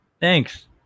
Thanks